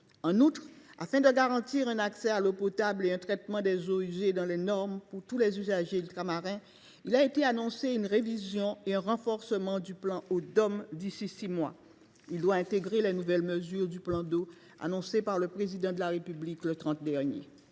En outre, afin de garantir un accès à l’eau potable et un traitement des eaux usées dans les normes pour tous les usagers ultramarins, il a été annoncé une révision et un renforcement du plan Eau DOM d’ici à six mois. Cette nouvelle mouture doit intégrer les nouvelles mesures du plan Eau annoncées par le Président de la République le 30 mars dernier,